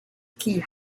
key